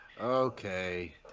Okay